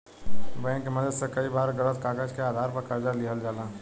bank के मदद से कई बार गलत कागज के आधार पर कर्जा लिहल जाला